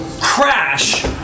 crash